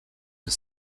the